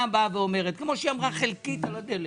באה ואומרת כמו שהיא אמרה חלקית על הדלק